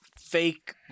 fake